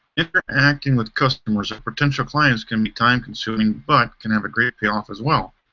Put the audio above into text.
interacting with customers or potential clients can be time consuming, but can have a great payoff as well.